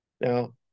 Now